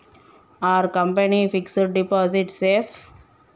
Are company fixed deposit safe?